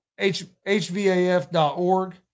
HVAF.org